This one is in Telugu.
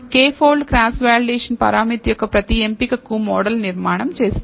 k పోల్డ్ క్రాస్ వాలిడేషన్ పారామతి యొక్క ప్రతీ ఎంపికకు మోడల్ నిర్మాణం చేస్తోంది